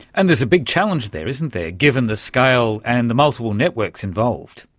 and there's a big challenge there, isn't there, given the scale and the multiple networks involved.